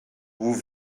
vous